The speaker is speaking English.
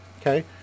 okay